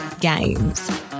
games